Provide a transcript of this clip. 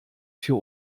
für